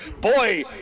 boy